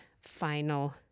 final